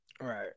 Right